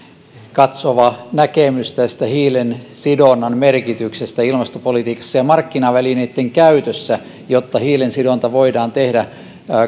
katsova näkemys hiilensidonnan merkityksestä ilmastopolitiikassa ja markkinavälineitten käytöstä jotta hiilensidonta voidaan tehdä